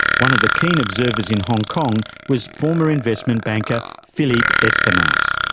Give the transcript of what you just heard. one of the keen observers in hong kong was former investment banker philippe espinasse.